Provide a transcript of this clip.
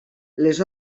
les